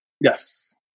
Yes